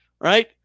right